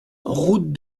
route